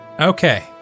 Okay